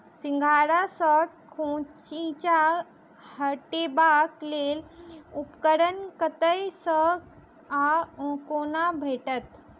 सिंघाड़ा सऽ खोइंचा हटेबाक लेल उपकरण कतह सऽ आ कोना भेटत?